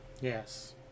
Yes